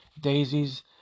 daisies